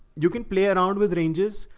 you can play around with ranges.